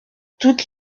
toutes